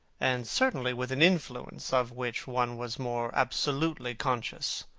and certainly with an influence of which one was more absolutely conscious.